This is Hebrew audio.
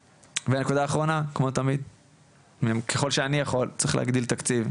ונקודה אחרונה כמו תמיד ככול שאני יכול צריכים להגדיל תקציב,